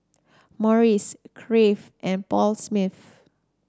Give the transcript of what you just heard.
Morries Crave and Paul Smith